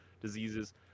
diseases